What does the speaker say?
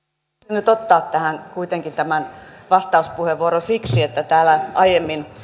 nyt ottaa tähän kuitenkin tämän vastauspuheenvuoron siksi että täällä aiemmin